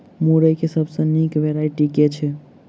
मुरई केँ सबसँ निक वैरायटी केँ छै?